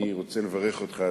אני רוצה לברך אותך,